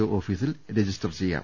O ഓഫീസിൽ register ചെയ്യാം